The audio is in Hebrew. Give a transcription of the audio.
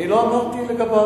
אני לא אמרתי לגביו.